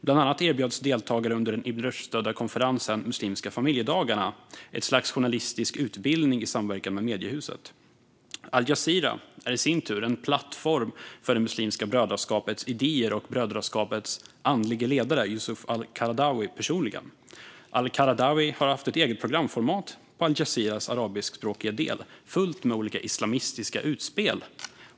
Bland annat erbjöds deltagare under den Ibn Rushd-stödda konferensen Muslimska familjedagarna ett slags journalistisk utbildning i samverkan med mediehuset. al-Jazira är i sin tur en plattform för Muslimska brödraskapets idéer och för dess andlige ledare, Yusuf al-Qaradawi, personligen. al-Qaradawi har haft ett eget programformat på al-Jaziras arabiskspråkiga del, fullt med olika islamistiska utspel.